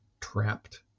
trapped